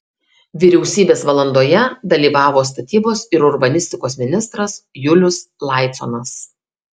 vyriausybės valandoje dalyvavo statybos ir urbanistikos ministras julius laiconas